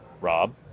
Rob